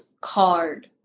card